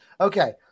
Okay